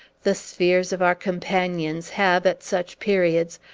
the spheres of our companions have, at such periods,